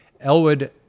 Elwood